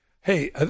hey